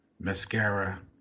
mascara